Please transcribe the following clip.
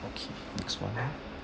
okay next [one] ah